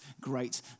great